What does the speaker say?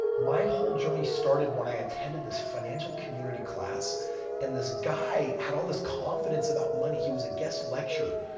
my whole journey started when i attended this financial community class and this guy had all this confidence about money. he was a guest lecturer.